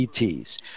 ETs